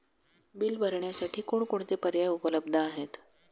Bill भरण्यासाठी कोणकोणते पर्याय उपलब्ध आहेत?